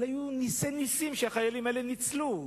אבל היו נסי נסים שהחיילים האלה ניצלו,